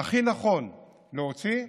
שהכי נכון להוציא,